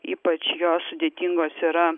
ypač jos sudėtingos yra